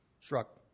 struck